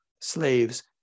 slaves